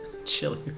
Chili